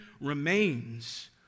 remains